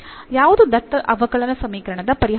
ಯಾವುದು ದತ್ತ ಅವಕಲನ ಸಮೀಕರಣದ ಪರಿಹಾರವಾಗಿದೆ